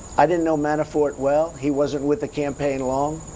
i didn't know manafort well, he wasn't with the campaign long.